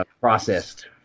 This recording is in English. Processed